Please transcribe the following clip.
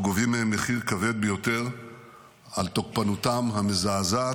אנחנו גובים מהם מחיר כבד ביותר על תוקפנותם המזעזעת.